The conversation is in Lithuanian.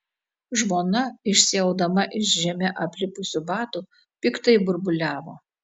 žmona išsiaudama iš žeme aplipusių batų piktai burbuliavo